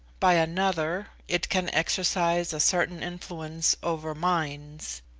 by another it can exercise a certain influence over minds.